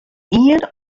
ien